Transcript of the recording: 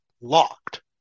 locked